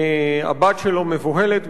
הבת שלו מבוהלת,